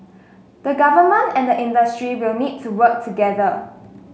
the Government and the industry will need to work together